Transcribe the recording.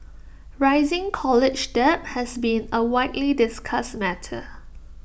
rising college debt has been A widely discussed matter